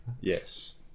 Yes